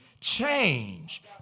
change